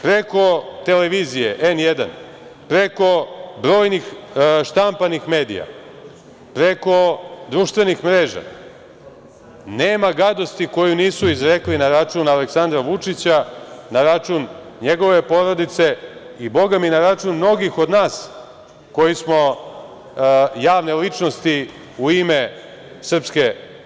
Preko televizije „N1“, preko brojnih štampanih medija, preko društvenih mreža, nema gadosti koju nisu izrekli na račun Aleksandra Vučića, na račun njegove porodice i Boga mi, na račun mnogih od nas koji smo javne ličnosti u ime SNS.